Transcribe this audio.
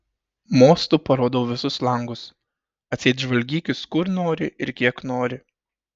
mostu parodau visus langus atseit žvalgykis kur nori ir kiek nori